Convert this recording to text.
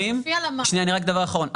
רק דבר אחרון,